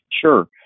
Sure